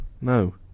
no